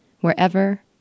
wherever